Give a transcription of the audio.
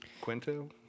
Quinto